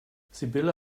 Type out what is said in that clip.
sibylle